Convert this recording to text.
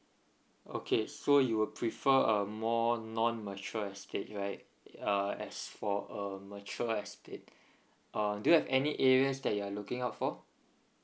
okay so you would prefer a more non mature estate right uh as for a mature estate uh do you have any areas that you are looking out for